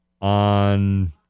on